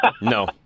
No